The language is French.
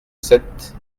sept